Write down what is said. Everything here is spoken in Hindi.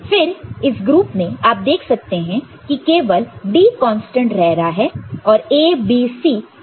और फिर इस ग्रुप में आप देख सकते हैं कि केवल D कांस्टेंट रह रहा है और A B C चेंज हो रहा है